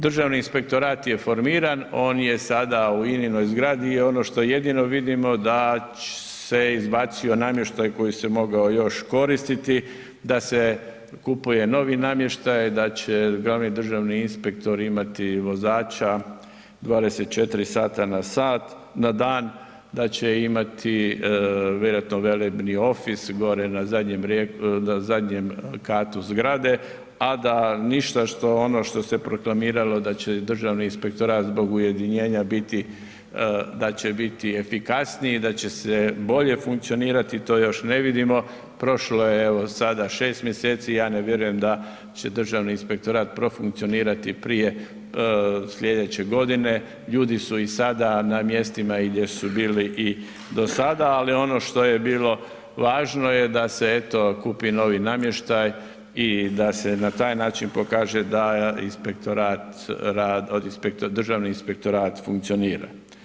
Državni inspektorat je formiran, on je sada u INA-inoj zgradi i ono što jedino vidimo da se izbacio namještaj koji se mogao još koristiti da se kupuje novi namještaj, da će glavni državni inspektor imati vozača 24 sata na dan, da će imati vjerovatno velebni office gore na zadnjem katu zgrade a da ništa ono što se proklamiralo da će Državni inspektorat zbog ujedinjenja biti, da će biti efikasniji i da će se bolje funkcionirati, to još ne vidimo, prošlo je evo sada 6 mj., ja ne vjerujem da će Državni inspektorat profunkcionirati prije slijedeće godine, ljudi su i sada na mjestima i gdje su bili i dosada ali ono što je bilo važno je da se eto, kupi novi namještaj i da se na taj način pokaže da Državni inspektorat funkcionira.